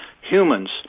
humans